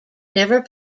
never